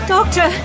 Doctor